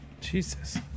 Jesus